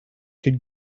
could